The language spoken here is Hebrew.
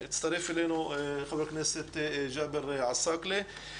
הצטרף אלינו חבר הכנסת ג'אבר עסאקלה,